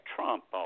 Trump